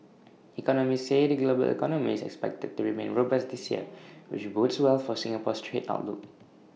economists say the global economy is expected to remain robust this year which bodes well for Singapore's trade outlook